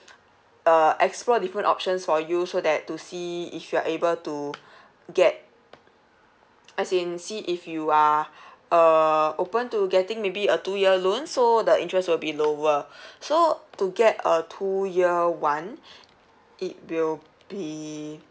uh explore different options for you so that to see if you are able to get as in see if you are err open to getting maybe a two year loan so the interest will be lower so to get a two year one it will be